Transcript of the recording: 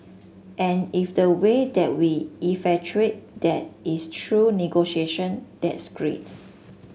and if the way that we effectuate that is through negotiations that's great